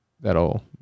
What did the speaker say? that'll